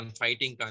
fighting